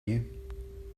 you